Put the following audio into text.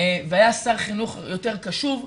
והיה שר חינוך יותר קשוב,